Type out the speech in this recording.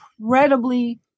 incredibly